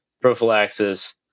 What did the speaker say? prophylaxis